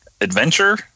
adventure